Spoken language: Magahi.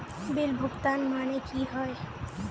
बिल भुगतान माने की होय?